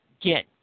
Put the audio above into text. get